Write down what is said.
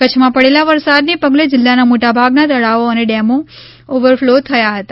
કચ્છમાં પડેલા વરસાદના પગલે જિલ્લાના મોટાભાગના તળાવો અને ડેમો ઓવરફ્લો થયા હતા